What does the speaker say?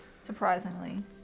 Surprisingly